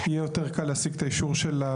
וכן האפשרות של בעל המקרקעין בתחום הבקשה לשלוח